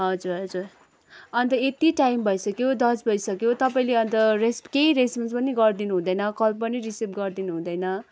हजुर हजुर अन्त यति टाइम भइसक्यो दस बजिसक्यो तपाईँले अन्त रेस् केही रेस्पन्स पनि गरिदिनु हुँदैन कल पनि रिसिभ गरिदिनु हुँदैन